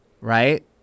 right